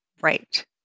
Right